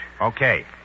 Okay